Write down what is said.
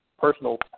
personal